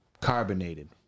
carbonated